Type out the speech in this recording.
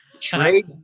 trade